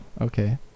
okay